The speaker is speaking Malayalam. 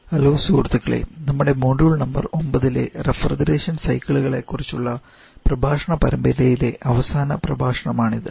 ഹലോ സുഹൃത്തുക്കളേ നമ്മുടെ മൊഡ്യൂൾ നമ്പർ 9 ലെ റഫ്രിജറേഷൻ സൈക്കിളുകളെക്കുറിച്ചുള്ള പ്രഭാഷണ പരമ്പരയിലെ അവസാന പ്രഭാഷണമാണിത്